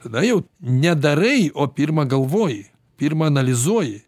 tada jau nedarai o pirma galvoji pirma analizuoji